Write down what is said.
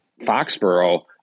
Foxborough